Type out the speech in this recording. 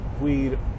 weed